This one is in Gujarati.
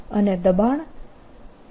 અને દબાણ 2u ના બરાબર હશે